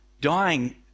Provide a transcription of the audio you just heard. Dying